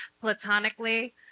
platonically